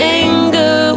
anger